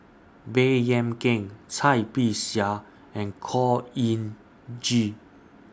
Baey Yam Keng Cai Bixia and Khor Ean Ghee